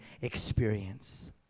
experience